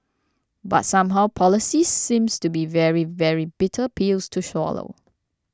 but somehow policies seems to be very very bitter pills to swallow